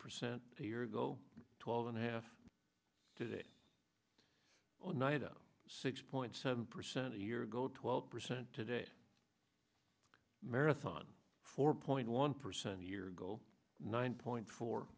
percent a year ago twelve and a half today a night of six point seven percent a year ago twelve percent today marathon for point one percent a year ago nine point fo